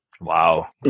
Wow